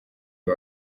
uyu